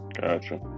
gotcha